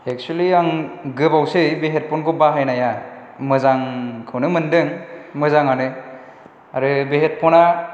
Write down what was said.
एकसुलि आं गोबावसै बे हेदफनखौ बाहायनाया मोजांखौनो मोनदों मोजाङानो आरो बे हेदफना